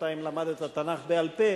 שבינתיים למד את התנ"ך בעל-פה,